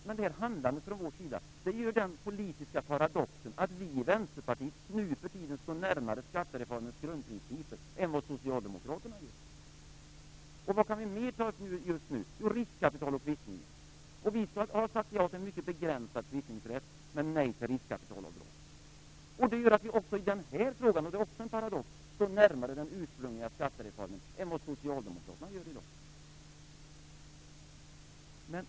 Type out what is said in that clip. Det handlandet från vår sida innebär den politiska paradoxen att vi i Vänsterpartiet står närmare skattereformens grundprinciper än vad Socialdemokraterna gör. Vad kan vi mer ta upp just nu? Jo, riskkapitalet och kvittningen. Vi har sagt ja till en mycket begränsad kvittningsrätt men nej till riskkapitalavdrag. Det gör att vi även i den här frågan - och det är också en paradox - står närmare den ursprungliga skattereformen än vad Socialdemokraterna i dag gör.